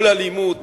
כל אלימות